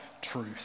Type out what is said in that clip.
truth